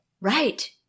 Right